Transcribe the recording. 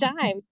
time